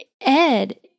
Ed